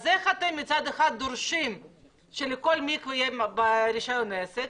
אז איך מצד אחד אתם דורשים שלכל מקווה יהיה רישיון עסק,